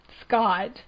Scott